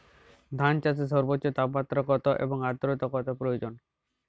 ধান চাষে সর্বোচ্চ তাপমাত্রা কত এবং আর্দ্রতা কত প্রয়োজন?